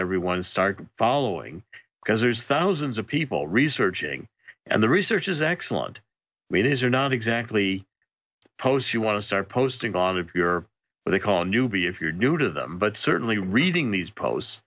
everyone start following because there's thousands of people researching and the research is excellent maida's are not exactly posts you want to start posting on if you're what they call a newbie if you're new to them but certainly reading these pos